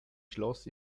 schloss